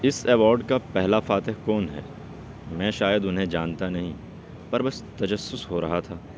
اس award کا پہلا فاتح کون ہے میں شاید انہیں جانتا نہیں ہوں پر بس تجسس ہو رہا تھا